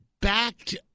Backed